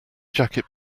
jacket